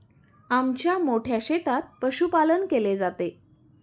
आमच्या मोठ्या शेतात पशुपालन केले जाते